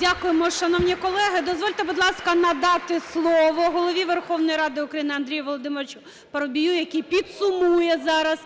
Дякуємо, шановні колеги! Дозвольте, будь ласка, надати слово Голові Верховної Ради України Андрію Володимировичу Парубію, який підсумує зараз